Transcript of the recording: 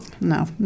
No